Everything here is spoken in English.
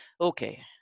Okay